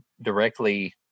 directly